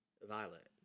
violet